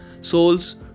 souls